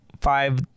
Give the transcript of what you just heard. five